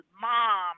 mom